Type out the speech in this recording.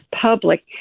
public